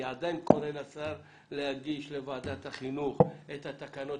אני עדיין קורא לשר להגיש לוועדת החינוך את התקנות